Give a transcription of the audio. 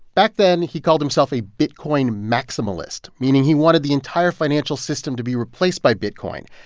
back then, he called himself a bitcoin maximalist, meaning he wanted the entire financial system to be replaced by bitcoin.